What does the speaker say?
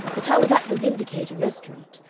but i was at the vindicator restaurant.